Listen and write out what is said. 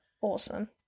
awesome